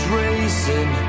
racing